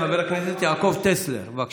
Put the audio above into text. חבר הכנסת יעקב טסלר, בבקשה.